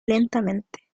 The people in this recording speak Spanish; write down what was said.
lentamente